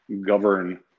govern